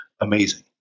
amazing